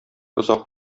озак